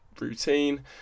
routine